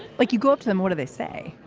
like you go up to them what are they say?